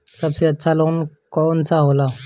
सबसे अच्छा लोन कौन सा होला?